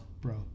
bro